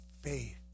faith